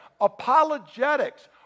apologetics